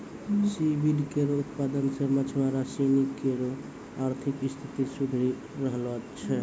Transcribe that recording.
C weed केरो उत्पादन सें मछुआरा सिनी केरो आर्थिक स्थिति सुधरी रहलो छै